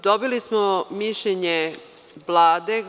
Dobili smo mišljenje Vlade.